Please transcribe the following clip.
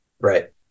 Right